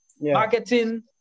Marketing